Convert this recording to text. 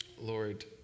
Lord